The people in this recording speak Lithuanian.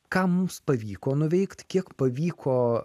ką mums pavyko nuveikt kiek pavyko